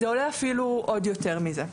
זה עולה אפילו עוד יותר מזה.